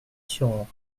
sur